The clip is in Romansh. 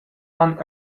han